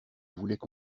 voulaient